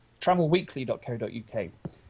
travelweekly.co.uk